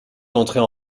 d’entrer